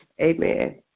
Amen